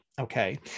Okay